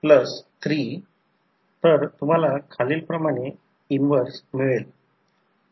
तर V1 E1 मग हे I1 R1 आहे आणि हे 90° आहे ज्यासह हे 90° आहे कारण ते रिअॅक्टॅन्स आहे म्हणून I1 R1 म्हणून हे V1 आहे